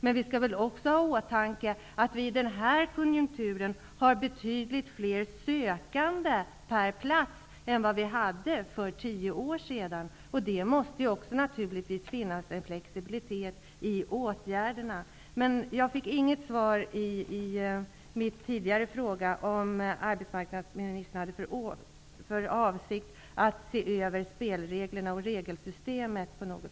Men vi skall också ha i åtanke att vi i den här konjunkturen har betydligt fler sökande per plats än vad vi hade för tio år sedan. Det måste finnas flexibilitet i åtgärderna. Jag fick inget svar på min fråga om arbetsmarknadsministern har för avsikt att se över spelreglerna och regelsystmet.